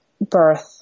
birth